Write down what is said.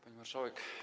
Pani Marszałek!